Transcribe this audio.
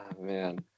man